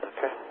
Okay